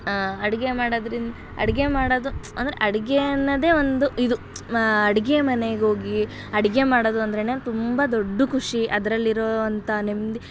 ಅಡುಗೆ ಮಾಡೋದ್ರಿಂದ ಅಡುಗೆ ಮಾಡೋದು ಅಂದರೆ ಅಡುಗೆ ಅನ್ನೋದೆ ಒಂದು ಇದು ಮಾ ಅಡುಗೆ ಮನೆಗೆ ಹೋಗಿ ಅಡುಗೆ ಮಾಡೋದು ಅಂದರೇನೆ ತುಂಬ ದೊಡ್ಡ ಖುಷಿ ಅದರಲ್ಲಿರುವಂಥ ನೆಮ್ಮದಿ